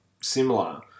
similar